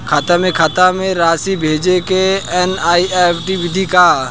खाता से खाता में राशि भेजे के एन.ई.एफ.टी विधि का ह?